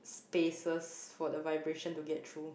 spaces for the vibration to get through